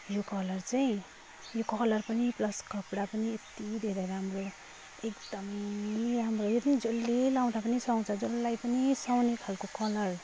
यो कलर चाहिँ यो कलर पनि प्लस कपडा पनि यत्ति धेरै राम्रो एकदमै राम्रो यो नि जसले लगाउँदा पनि सुहाउँछ जसलाई पनि सुहाउने खालको कलर